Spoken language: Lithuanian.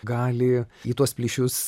gali į tuos plyšius